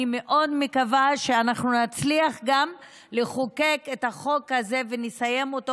אני מאוד מקווה שנצליח לחוקק את החוק הזה ונסיים אותו